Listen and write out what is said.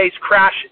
crashes